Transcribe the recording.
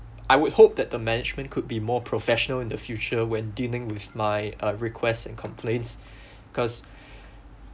I would hope that the management could be more professional in the future when dealing with my uh request and complaints because